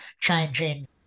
changing